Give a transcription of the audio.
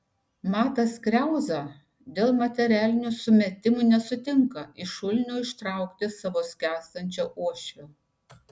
matas kriauza dėl materialinių sumetimų nesutinka iš šulinio ištraukti savo skęstančio uošvio